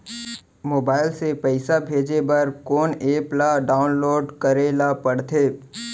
Mobile से पइसा भेजे बर कोन एप ल डाऊनलोड करे ला पड़थे?